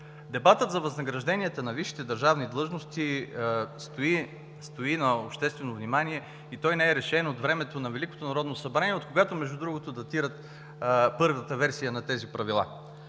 Дебатът за възнагражденията на висшите държавни длъжности стои на обществено внимание и той не е решен от времето на Великото народно събрание, откогато между другото датира първата версия на тези правила.